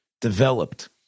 developed